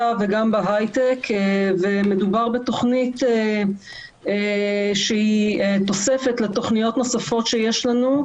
וגם בהייטק ומדובר בתכנית שהיא תוספת לתכניות נוספות שיש לנו,